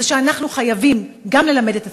זה שאנחנו חייבים גם ללמד את עצמנו,